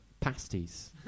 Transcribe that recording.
pasties